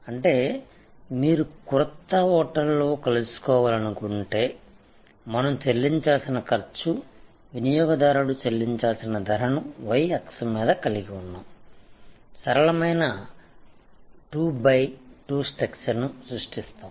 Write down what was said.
అంటే మీరు క్రొత్త హోటల్లో కలుసుకోవాలనుకుంటే మనం చెల్లించాల్సిన ఖర్చు వినియోగదారుడు చెల్లించాల్సిన ధరను y అక్షం మీద కలిగి ఉన్నాము సరళమైన 2 బై 2 స్ట్రక్చర్ను సృష్టిస్తాము